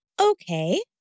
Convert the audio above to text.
Okay